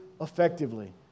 effectively